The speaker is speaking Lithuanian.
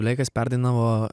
olegas perdainavo